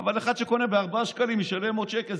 אבל אחד שקונה ב-4 שקלים וישלם עוד שקל,